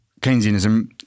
Keynesianism